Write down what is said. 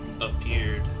appeared